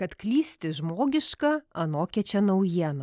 kad klysti žmogiška anokia čia naujiena